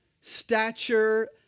stature